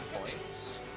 points